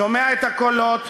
שומע את הקולות,